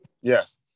Yes